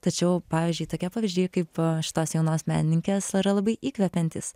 tačiau pavyzdžiui tokie pavyzdžiai kaip šitos jaunos menininkės yra labai įkvepiantys